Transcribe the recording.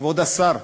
כבוד השר,